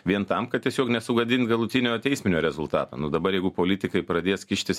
vien tam kad tiesiog nesugadint galutinio teisminio rezultato nu dabar jeigu politikai pradės kištis